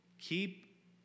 keep